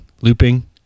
Looping